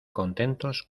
contentos